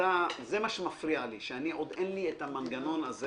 זה מה שמפריע לי, שעוד אין לי את המנגנון הזה